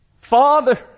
Father